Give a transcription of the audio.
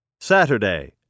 Saturday